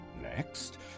Next